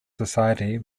society